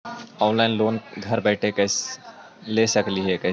Online loan घर बैठे ले सकली हे, कैसे?